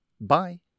Bye